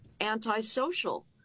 antisocial